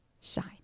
shine